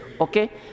okay